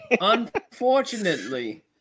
Unfortunately